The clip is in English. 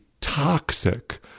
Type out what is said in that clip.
toxic